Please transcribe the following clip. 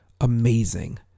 amazing